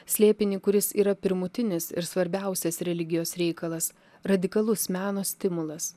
slėpinį kuris yra pirmutinis ir svarbiausias religijos reikalas radikalus meno stimulas